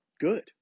good